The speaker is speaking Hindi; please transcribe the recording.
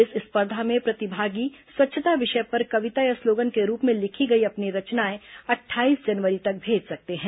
इस स्पर्धा में प्रतिभागी स्वच्छता विषय पर कविता या स्लोगन के रूप में लिखी गई अपनी रचनाएं अट्ठाईस जनवरी तक भेज सकते हैं